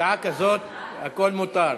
בשעה כזו הכול מותר.